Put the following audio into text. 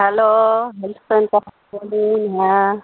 hello health centre calling হ্যাঁ